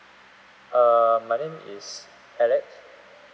err my name is alex